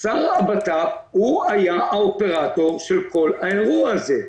שר הבט"פ היה האופרטור של כל האירוע הזה.